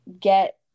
get